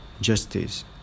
justice